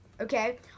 Okay